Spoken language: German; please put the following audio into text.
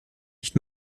nicht